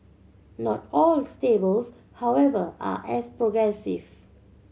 not all stables however are as progressive